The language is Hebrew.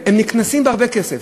הם נקנסים בהרבה כסף.